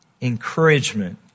encouragement